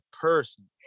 person